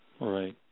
right